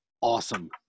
awesome